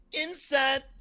inside